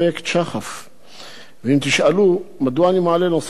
ואם תשאלו מדוע אני מעלה נושא שאני לא יודע עליו שום דבר,